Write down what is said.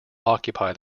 occupy